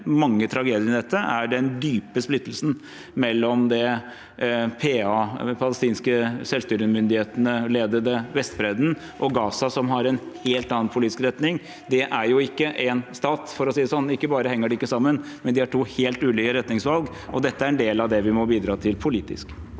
mange tragediene i dette er den dype splittelsen mellom Vestbredden, som ledes av de palestinske selvstyremyndighetene, og Gaza, som har en helt annen politisk retning. Det er jo ikke én stat, for å si det sånn. Ikke bare henger de ikke sammen, men de har to helt ulike retningsvalg, og dette er en del av det vi må bidra til politisk.